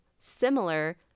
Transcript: similar